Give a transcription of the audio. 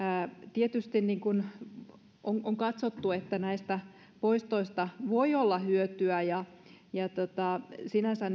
tietysti on on katsottu että näistä poistoista voi olla hyötyä ja ja sinänsä